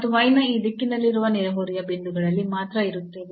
ನಾವು y ನ ಈ ದಿಕ್ಕಿನಲ್ಲಿರುವ ನೆರೆಹೊರೆಯ ಬಿಂದುಗಳಲ್ಲಿ ಮಾತ್ರ ಇರುತ್ತೇವೆ